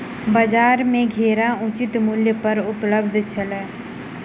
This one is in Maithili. बजार में घेरा उचित मूल्य पर उपलब्ध छल